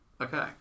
Okay